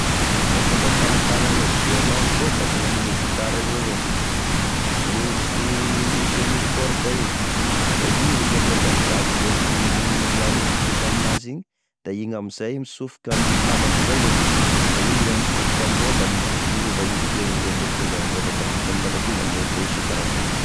E fomba famokarane e violon feo da ako gnaniny e gitara io evao: misy, misy enigny corde iny da igny misy otrane baguette arosoroso aminazy igny, da igny amizay misofoky misy lavaky zay ao; da igny mitsofoka amignao da miova iny feo revô tonga ao, revô tafiditra amin'ny lavaky io da mamoa feo isan-karazany.